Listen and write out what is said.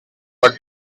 but